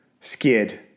skid